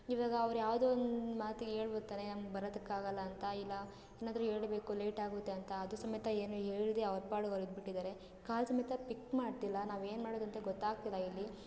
ಇವಾಗ ಅವ್ರು ಯಾವುದೋ ಒಂದು ಮಾತಿಗೆ ಹೇಳ್ಬೋದ್ ತಾನೆ ನಮ್ಗೆ ಬರೋದಕ್ಕಾಗಲ್ಲ ಅಂತ ಇಲ್ಲ ಇನ್ನಾದ್ರೂ ಹೇಳ್ ಬೇಕು ಲೇಟ್ ಆಗುತ್ತೆ ಅಂತ ಅದು ಸಮೇತ ಏನೂ ಹೇಳ್ದೆ ಅವ್ರ ಪಾಡಿಗ್ ಅವ್ರು ಇದ್ಬಿಟಿದಾರೆ ಕಾಲ್ ಸಮೇತ ಪಿಕ್ ಮಾಡ್ತಿಲ್ಲ ನಾವು ಏನು ಮಾಡೋದು ಅಂತ ಗೊತ್ತಾಗ್ತಿಲ್ಲ ಇಲ್ಲಿ